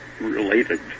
related